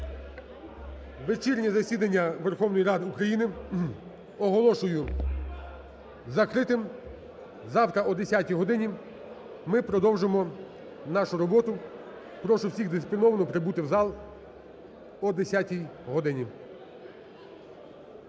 Вечірнє засідання Верховної Ради України оголошую закритим. Завтра о 10 годині ми продовжимо нашу роботу. Прошу всіх дисципліновано прибути в зал о 10 годині.